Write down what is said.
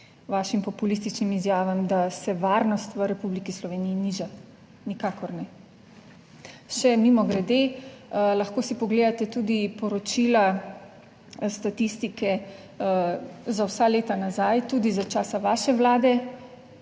vašim populističnim izjavam, da se varnost v Republiki Sloveniji niža, nikakor ne. Še mimogrede, lahko si pogledate tudi poročila, statistike za vsa leta nazaj, tudi za časa vaše vlade,